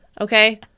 Okay